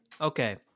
Okay